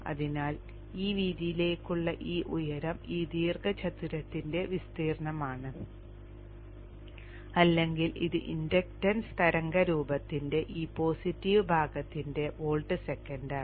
അതിനാൽ ഈ വീതിയിലേക്കുള്ള ഈ ഉയരം ഈ ദീർഘചതുരത്തിന്റെ വിസ്തീർണ്ണമാണ് അല്ലെങ്കിൽ ഇത് ഇൻഡക്ടൻസ് തരംഗരൂപത്തിന്റെ ഈ പോസിറ്റീവ് ഭാഗത്തിന്റെ വോൾട്ട് സെക്കന്റാണ്